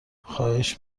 خواهش